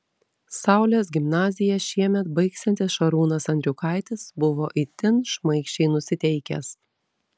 saulės gimnaziją šiemet baigsiantis šarūnas andriukaitis buvo itin šmaikščiai nusiteikęs